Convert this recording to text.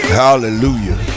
hallelujah